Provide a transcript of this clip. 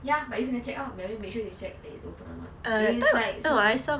ya but you gonna check out maybe you make sure you check if it's open or not it's like some